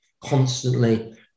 constantly